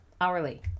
hourly